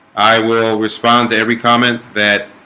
i will respond to every comment that